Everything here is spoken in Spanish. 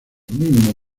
mismos